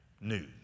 news